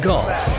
Golf